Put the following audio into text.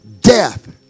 death